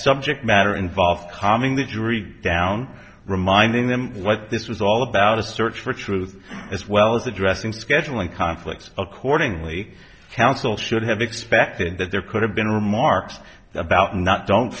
subject matter involved calming the jury down reminding them what this was all about a search for truth as well as addressing scheduling conflicts accordingly counsel should have expected that there could have been remarks about not don't